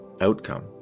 outcome